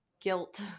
guilt